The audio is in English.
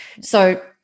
So-